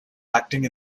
acting